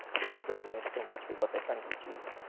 because it resonates so much with what they're trying to achieve.